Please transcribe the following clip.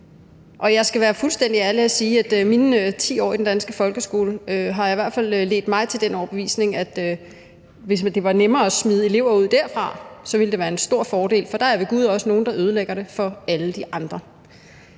Jeg skal være fuldstændig ærlig og sige, at mine 10 år i den danske folkeskole i hvert fald har ledt mig til den overbevisning, at hvis det var nemmere at smide elever ud derfra, ville det være en stor fordel, for der er ved gud også nogen, der ødelægger det for alle de andre.